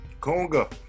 conga